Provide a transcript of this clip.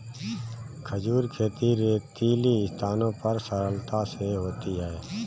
खजूर खेती रेतीली स्थानों पर सरलता से होती है